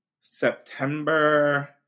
September